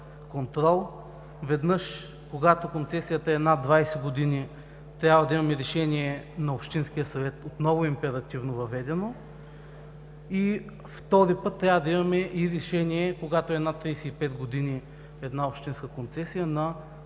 веднъж, когато концесията е над 20 години, трябва да имаме решение на Общинския съвет, отново императивно въведено, и, втори път, трябва да имаме и решение, когато е над 35 години една общинска концесия, на